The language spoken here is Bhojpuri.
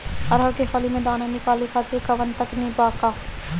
अरहर के फली से दाना निकाले खातिर कवन तकनीक बा का?